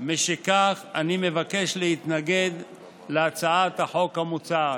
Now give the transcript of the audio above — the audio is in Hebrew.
משכך, אני מבקש להתנגד להצעת החוק המוצעת.